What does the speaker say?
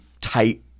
tight